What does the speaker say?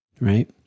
right